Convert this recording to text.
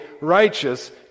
righteous